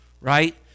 Right